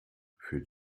für